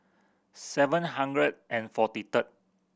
seven hundred and forty third